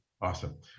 Awesome